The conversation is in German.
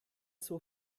zur